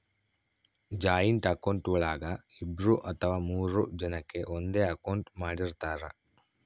joint account ಒಳಗ ಇಬ್ರು ಅಥವಾ ಮೂರು ಜನಕೆ ಒಂದೇ ಅಕೌಂಟ್ ಮಾಡಿರ್ತರಾ